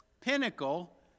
Pinnacle